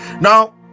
now